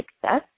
success